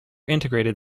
integrated